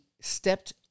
stepped